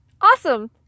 awesome